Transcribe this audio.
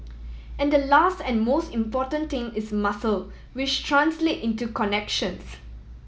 and the last and most important thing is muscle which translate into connections